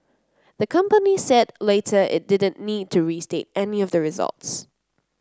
the company said later it didn't need to restate any of its results